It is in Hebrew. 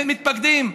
מתפקדים.